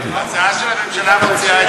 מה הממשלה מציעה?